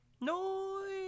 No